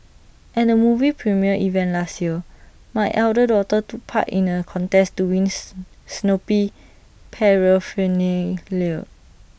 and A movie premiere event last year my elder daughter took part in A contest to wins Snoopy Paraphernalia